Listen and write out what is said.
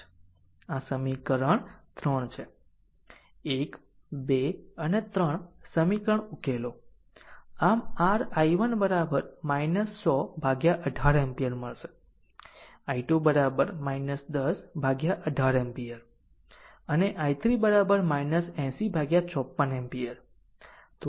1 2 અને 3 સમીકરણ ઉકેલો આમ r i1 100 18 એમ્પીયર મળશે i2 10 18 એમ્પીયર અને i3 8054 એમ્પીયર